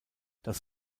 das